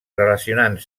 relacionant